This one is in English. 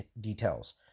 details